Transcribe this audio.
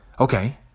Okay